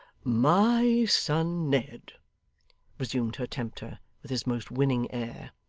my son ned resumed her tempter with his most winning air,